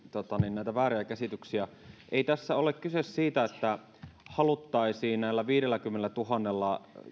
näitä vääriä käsityksiä ei tässä ole kyse siitä että haluttaisiin näillä viidelläkymmenellätuhannella